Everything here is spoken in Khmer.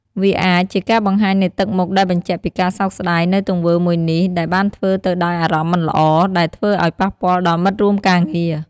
វាអាចជាការបង្ហាញនូវទឹកមុខដែលបញ្ជាក់ពីការសោកស្ដាយ នូវទង្វើមួយនេះដែលបានធ្វើទៅដោយអារម្មណ៍មិនល្អ ដែលធ្វើអោយប៉ះពាល់ដល់មិត្តរួមការងារ។